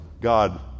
God